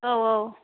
औ औ